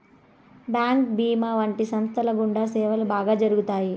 bank భీమా వంటి సంస్థల గుండా సేవలు బాగా జరుగుతాయి